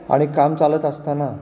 आणि काम चालत असताना